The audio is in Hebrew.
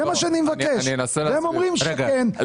הם אומרים שכן,